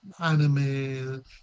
anime